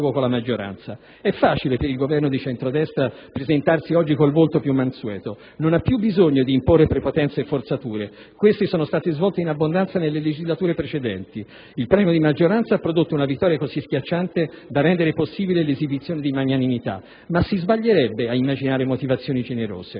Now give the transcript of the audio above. Il premio di maggioranza ha prodotto una vittoria così schiacciante da rendere possibile l'esibizione di magnanimità. Ma si sbaglierebbe ad immaginare motivazioni generose.